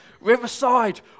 Riverside